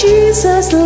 Jesus